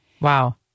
Wow